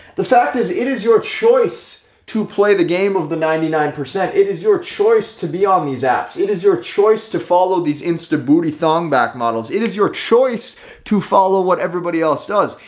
the fact is, it is your choice to play the game of the ninety nine percent it is your choice to be on these apps. it is your choice to follow these instability thung back models, it is your choice to follow what everybody else does.